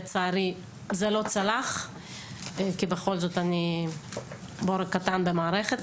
לצערי זה לא צלח כי בכל זאת אני בורג קטן במערכת,